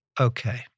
okay